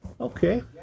Okay